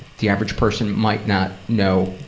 the average person might not know?